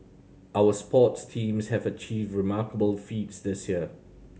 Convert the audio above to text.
our sports teams have achieved remarkable feats this year